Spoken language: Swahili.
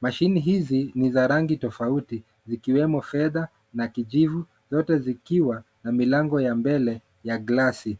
Mashini hizi ni za rangi tofauti zikiwemo fedha na kijivu zote zikiwa na milango ya mbele ya glasi.